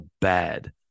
bad